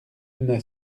une